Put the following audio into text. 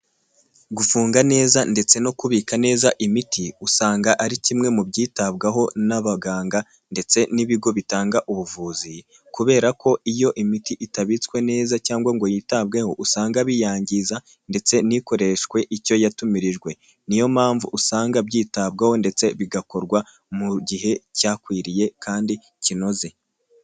Gufunga neza ndetse no kubika neza imiti usanga ari kimwe mu byitabwaho n'abaganga ndetse n'ibigo bitanga ubuvuzi kubera ko iyo imiti itabitswe neza cyangwa ngo yitabweho usanga biyangiza ndetse n'ikoreshwe icyo yatumirijwe niyo mpamvu usanga byitabwaho ndetse bigakorwa mu gihe cyakwiriye kandi kinoze.